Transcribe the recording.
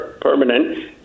permanent